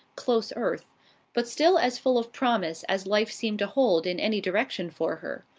close earth but still as full of promise as life seemed to hold in any direction for her.